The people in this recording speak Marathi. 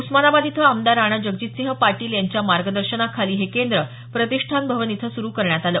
उस्मानाबाद इथं आमदार राणाजगजितसिंह पाटील यांच्या मार्गदर्शनाखाली हे केंद्र प्रतिष्ठान भवन इथं सुरु करण्यात आलं